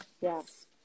Yes